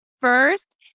first